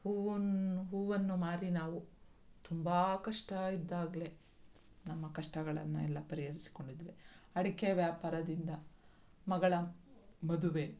ಹೂವನ್ನ ಹೂವನ್ನು ಮಾರಿ ನಾವು ತುಂಬ ಕಷ್ಟ ಇದ್ದಾಗಲೇ ನಮ್ಮ ಕಷ್ಟಗಳನ್ನೆಲ್ಲ ಪರಿಹರಿಸಿಕೊಂಡಿದ್ದೇವೆ ಅಡಿಕೆ ವ್ಯಾಪಾರದಿಂದ ಮಗಳ ಮದುವೆ